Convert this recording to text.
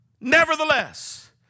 Nevertheless